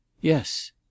Yes